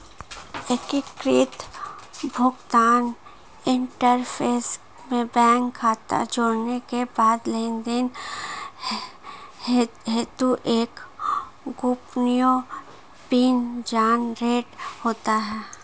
एकीकृत भुगतान इंटरफ़ेस में बैंक खाता जोड़ने के बाद लेनदेन हेतु एक गोपनीय पिन जनरेट होता है